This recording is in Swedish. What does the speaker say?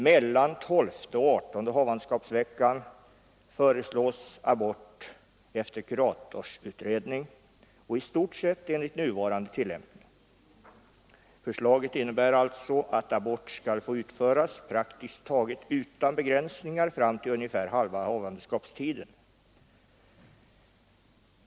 Mellan tolfte och adertonde havandeskapsveckan föreslås abort efter kurators utredning och i stort sett enligt nuvarande tillämpning av lagen. Förslaget innebär alltså att abort skall få utföras praktiskt taget utan begränsningar fram till ungefär halva havandeskapstiden.